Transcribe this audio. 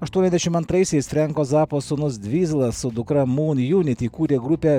aštuoniasdešim antraisiais frenko zapo sūnus dvyzlas su dukra mūn jūnit įkūrė grupę